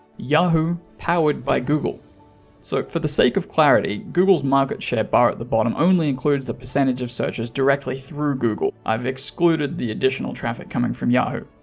yahoo powered by google so for the sake of clarity, google's market share bar at the bottom only includes the percentage of searches directly through google. i've excluded the additional traffic coming from yahoo.